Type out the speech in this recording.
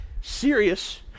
serious